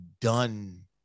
done